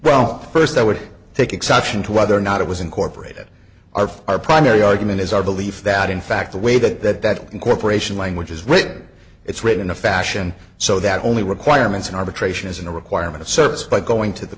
well first i would take exception to whether or not it was incorporated our our primary argument is our belief that in fact the way that incorporation language is writ it's written in a fashion so that only requirements an arbitration isn't a requirement of service by going to the